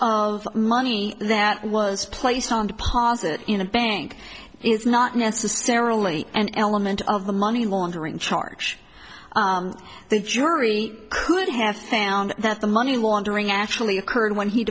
of money that was placed on deposit in a bank is not necessarily an element of the money laundering charge the jury could have found that the money laundering actually occurred when he